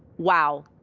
wow.